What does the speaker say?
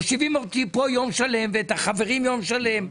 מושיבים אותי פה יום שלם ואת החברים יום שלם.